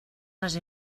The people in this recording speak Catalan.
les